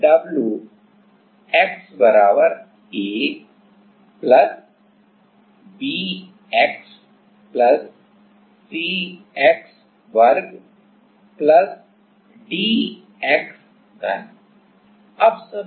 Solving the differential equation With boundary conditions तो इस समीकरण को हल करने पर हम पाते हैं कि